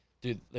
dude